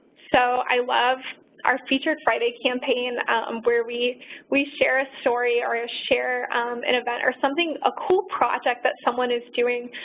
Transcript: so, i love our featured friday campaign um where we we share a story or share an event or something, a cool project that someone is doing,